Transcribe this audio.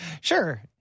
sure